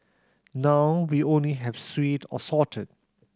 now we only have sweet or salted